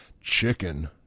chicken